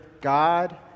God